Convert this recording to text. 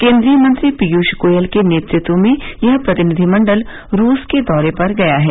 केन्द्रीय मंत्री पीयूष गोयल के नेतृत्व में यह प्रतिनिधिमंडल रूस के दौरे पर गया है